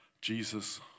Jesus